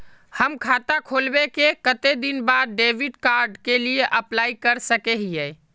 हम खाता खोलबे के कते दिन बाद डेबिड कार्ड के लिए अप्लाई कर सके हिये?